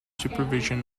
supervision